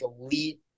elite